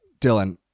Dylan